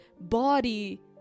body